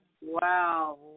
Wow